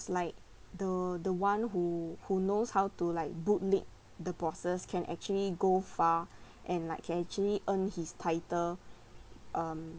like the the one who who knows how to like bootlick the bosses can actually go far and like can actually earn his title um